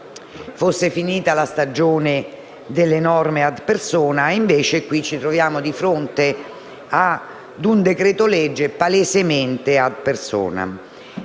fosse finita la stagione delle norme *ad* *personam*!) è che qui ci troviamo di fronte a un decreto-legge palesemente *ad personam*.